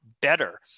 better